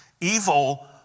Evil